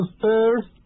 first